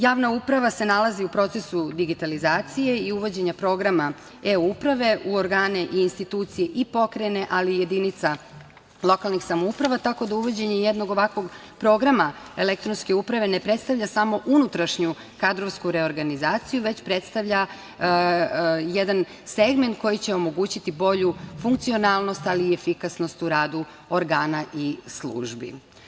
Javna uprava se nalazi u procesu digitalizacije i uvođenja programa E-uprave u organe i institucije i pokrajine, ali i jedinica lokalnih samouprava, tako da uvođenje jednog ovakvog programa elektronske uprave ne predstavlja samo unutrašnju kadrovsku reorganizaciju, već predstavlja jedan segment koji će omogućiti bolju funkcionalnost, ali i efikasnost u radu organa i službi.